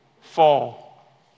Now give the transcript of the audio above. fall